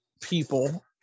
people